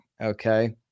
Okay